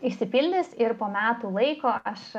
išsipildys ir po metų laiko aš